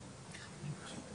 משערי צדק נמצא